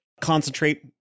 concentrate